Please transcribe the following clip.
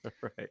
right